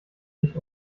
nicht